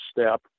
step